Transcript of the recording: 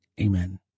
Amen